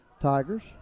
tigers